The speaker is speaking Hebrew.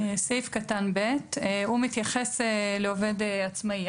סעיף קטן (ב) מתייחס לעובד עצמאי.